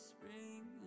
Spring